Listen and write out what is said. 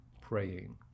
praying